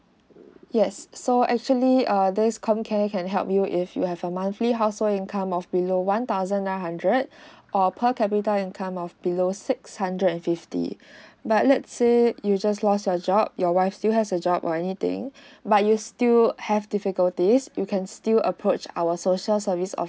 yes so actually err this com care can help you if you have a monthly household income of below one thousand nine hundred or per capita income of below six hundred and fifty but let say you just lost your job your wife still has a job or anything but you still have difficulties you can still approach our social service